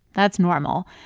that's normal.